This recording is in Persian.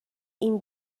این